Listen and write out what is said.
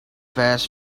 fast